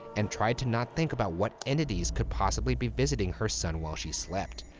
and tried to not think about what entities could possibly be visiting her son while she slept.